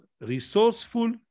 resourceful